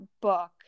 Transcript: book